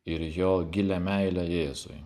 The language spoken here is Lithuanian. ir jo gilią meilę jėzui